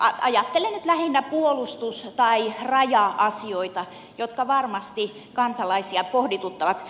ajattelen nyt lähinnä puolustus tai raja asioita jotka varmasti kansalaisia pohdituttavat